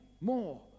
more